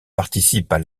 participent